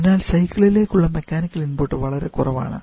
അതിനാൽ സൈക്കിളിലേക്കുള്ള mechanical input വളരെ കുറവാണ്